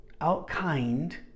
out-kind